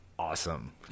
Awesome